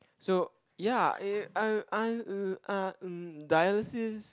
so ya dialysis